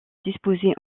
disposées